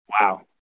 Wow